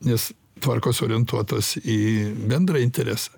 nes tvarkos orientuotas į bendrą interesą